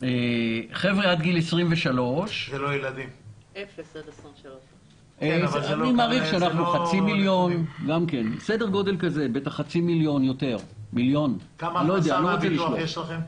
ועד גיל 23. כמה הכנסה מן הביטוח יש לכם?